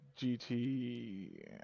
GT